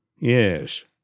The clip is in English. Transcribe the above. Yes